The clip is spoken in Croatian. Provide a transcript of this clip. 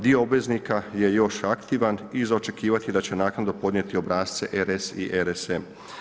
Dio obveznika je još aktivan i za očekivati je da će naknadno podnijeti obrasce RS i RSM.